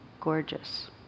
gorgeous